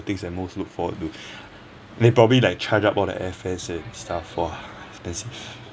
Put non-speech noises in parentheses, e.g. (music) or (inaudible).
things that most look forward to (breath) they probably like charge up all the airfares and stuff !wah! expensive